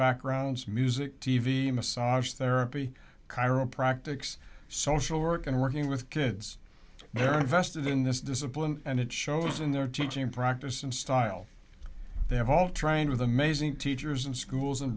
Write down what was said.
backgrounds music t v massage therapy chiropractics social work and working with kids they're invested in this discipline and it shows in their teaching practice and style they have all trying with amazing teachers and schools and